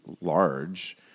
large